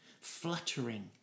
fluttering